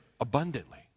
abundantly